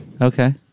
Okay